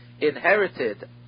inherited